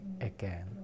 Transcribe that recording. again